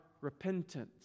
repentance